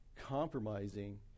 compromising